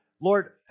Lord